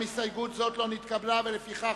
ההסתייגות לא נתקבלה.